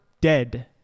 dead